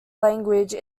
language